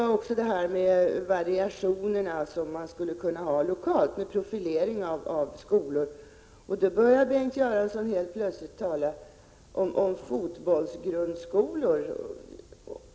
Så något om de variationer som man skulle kunna ha lokalt när det gäller profileringen i skolorna. Helt plötsligt börjar Bengt Göransson tala om fotbollsgrundskolor.